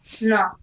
no